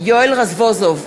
יואל רזבוזוב,